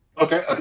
Okay